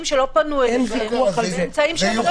שלא פנו אליכם באמצעים שאני לא יודעת מהם?